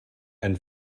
and